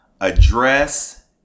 address